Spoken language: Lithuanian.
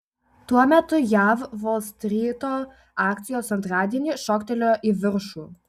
tuo metu jav volstryto akcijos antradienį šoktelėjo į viršų